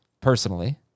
personally